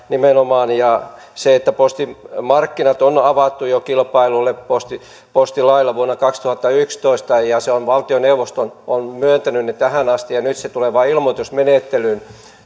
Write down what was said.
ja postin markkinat on avattu jo kilpailulle postilailla vuonna kaksituhattayksitoista ja valtioneuvosto on myöntänyt ne tähän asti ja nyt se tulee vain ilmoitusmenettelyyn